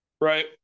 Right